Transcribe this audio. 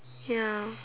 ya